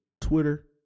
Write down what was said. Twitter